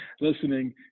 Listening